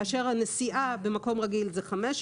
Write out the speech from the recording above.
גובה הקנס בנסיעה במקום רגיל הוא 500